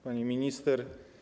Pani Minister!